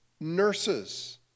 Nurses